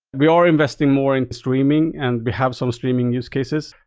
we are investing more in streaming and we have some streaming use cases,